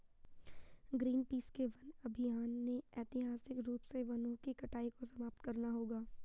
Greenpeace के वन अभियान ने ऐतिहासिक रूप से वनों की कटाई को समाप्त करना होगा